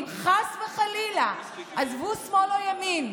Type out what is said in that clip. אם חס וחלילה, עזבו שמאל או ימין,